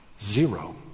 Zero